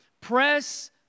Press